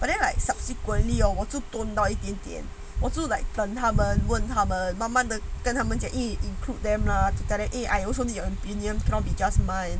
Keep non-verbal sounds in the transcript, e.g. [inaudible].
but then like subsequently hor 就蹲到一点点 also like 在等他们问他们慢慢地跟他们讲 eh include them lah tell them eh I also need your opinion [noise]